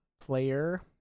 player